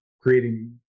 creating